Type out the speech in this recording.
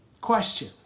Question